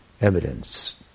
evidence